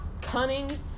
cunning